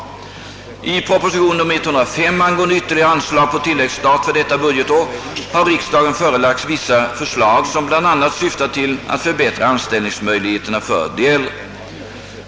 I proposition nr 105 angående ytterligare anslag på tilläggsstat för detta budgetår har riksdagen före lagts vissa förslag som bl.a. syftar till att förbättra anställningsmöjligheterna för de äldre.